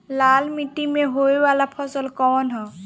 लाल मीट्टी में होए वाला फसल कउन ह?